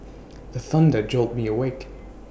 the thunder jolt me awake